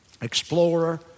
Explorer